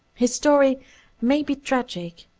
his story may be tragic,